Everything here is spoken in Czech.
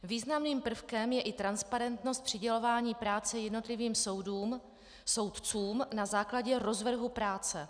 Významným prvkem je i transparentnost přidělování práce jednotlivým soudům, soudcům na základě rozvrhu práce.